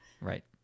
Right